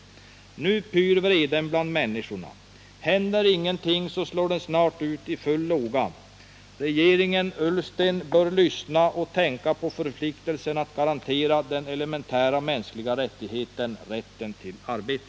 Nu pyr vreden bland människorna. Händer ingenting slår den snart ut i full låga. Regeringen Ullsten bör lyssna och tänka på förpliktelsen att garantera den elementära mänskliga rättigheten: rätten till arbete.